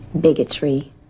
bigotry